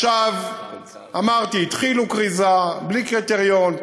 עכשיו, אמרתי, התחילו כריזה בלי קריטריון.